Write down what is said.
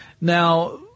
Now